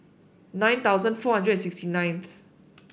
nine thousand four hundred and sixty ninth